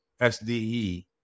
sde